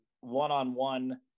one-on-one